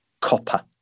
copper